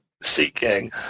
seeking